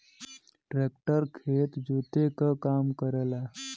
tractor खेत जोते क काम करेला